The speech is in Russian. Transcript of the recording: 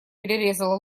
перерезала